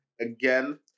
again